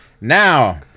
now